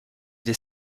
des